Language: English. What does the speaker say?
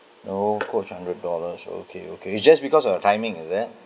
no coach hundred dollars okay okay it's just because of the timing is that